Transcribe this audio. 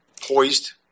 poised